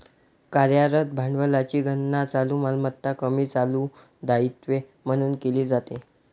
कार्यरत भांडवलाची गणना चालू मालमत्ता कमी चालू दायित्वे म्हणून केली जाते